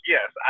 Yes